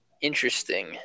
Interesting